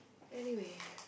anyway